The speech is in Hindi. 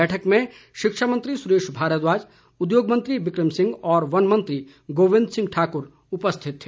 बैठक में शिक्षा मंत्री सुरेश भारद्वाज उद्योग मंत्री बिक्रम सिंह और वन मंत्री गोविन्द सिंह ठाक्र उपस्थित थे